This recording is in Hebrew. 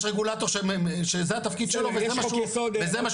יש רגולטור שזה התפקיד שלו וזה מה שהוא הנחה,